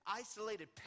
isolated